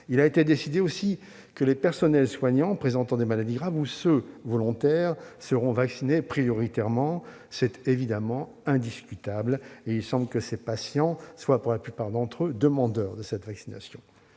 Il a été décidé aussi que les personnels soignants présentant des maladies graves et ceux qui sont volontaires seront vaccinés prioritairement. C'est évidemment indiscutable, et il semble que ces patients soient, pour la plupart d'entre eux, demandeurs de cette vaccination.